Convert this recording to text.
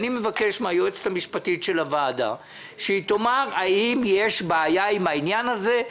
אני מבקש מן היועצת המשפטית לוועדה לומר: האם יש בעיה עם העניין הזה,